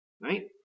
Right